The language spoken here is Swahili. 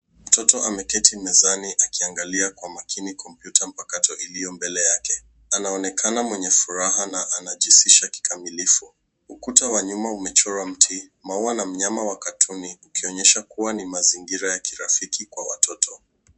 Mtoto ameketi mezani akiangalia kwa makini kompyuta mpakato iliyo mbele yake. Anaonekana mwenye furaya na anajihusisha kikamilifu. Ukuta wa nyuma umechora mti, maua na mnyama wa katuni ukionyesha kuwa ni mazingira ya kirafiki kwa watoto.